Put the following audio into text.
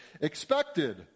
expected